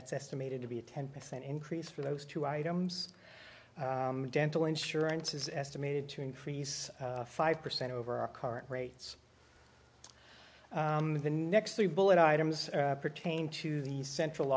that's estimated to be a ten percent increase for those two items dental insurance is estimated to increase five percent over our current rates the next three bullet items pertain to the central